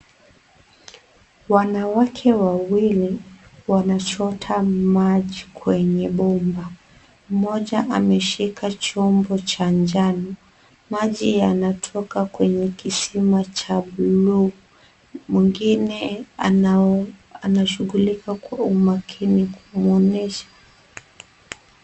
Wanawake wawili wanachota maji kwenye bomba. Mmoja ameshika chombo cha njano. Maji yanatoka kwenye kisima cha buluu. Mwingine anashughulika kwa umakini kumwonyesha.